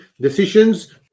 decisions